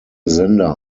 sender